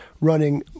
running